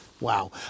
Wow